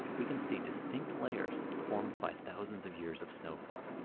we can see distinct layers formed by thousands of years of snowfall.